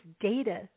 data